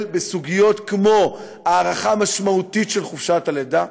בסוגיות כמו הארכה משמעותית של חופשת הלידה,